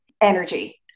energy